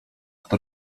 kto